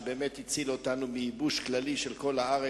שבאמת הציל אותנו מייבוש כללי של כל הארץ.